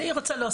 אם שכולה,